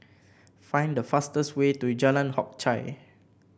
find the fastest way to Jalan Hock Chye